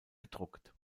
gedruckt